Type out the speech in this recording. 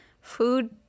food